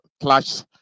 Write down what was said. Clash